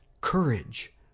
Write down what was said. courage